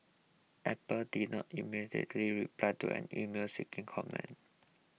apple did not immediately reply to an email seeking comment